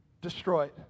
destroyed